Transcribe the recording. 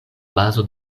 bazo